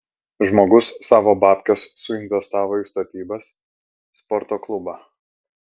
žmogus savo babkes suinvestavo į statybas sporto klubą